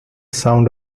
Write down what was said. sound